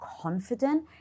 confident